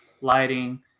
lighting